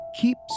Keep